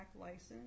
license